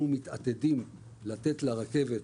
אנחנו מתעתדים לתת לרכבת